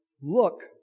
look